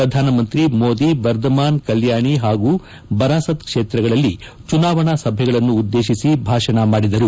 ಪ್ರಧಾನಮಂತ್ರಿ ಮೋದಿ ಬರ್ದಮಾನ್ ಕಲ್ಯಾಣಿ ಹಾಗೂ ಬರಾಸತ್ ಕ್ಷೇತ್ರಗಳಲ್ಲಿ ಚುನಾವಣಾ ಸಭೆಗಳನ್ನು ಉದ್ದೇಶಿಸಿ ಭಾಷಣ ಮಾಡಿದರು